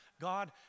God